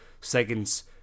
seconds